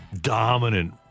dominant